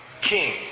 King